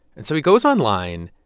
and so he goes online,